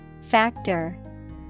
Factor